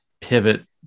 pivot